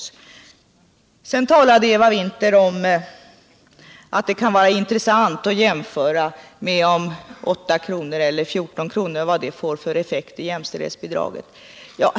Sedan talade Eva Winther om att det kunde vara intressant att jämföra vilka olika effekter 8 kr. eller 14 kr. skulle få som jämställdhetsbidrag.